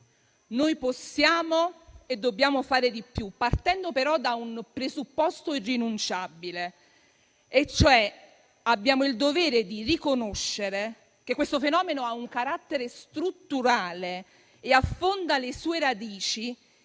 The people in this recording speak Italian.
Noi possiamo e dobbiamo fare di più, partendo però da un presupposto irrinunciabile: abbiamo il dovere di riconoscere che questo fenomeno ha un carattere strutturale e affonda le sue radici